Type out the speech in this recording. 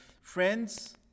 Friends